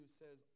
says